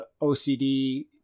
ocd